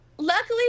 Luckily